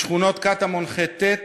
בשכונות קטמון ח'-ט',